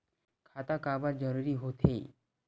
खाता काबर जरूरी हो थे?